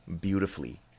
beautifully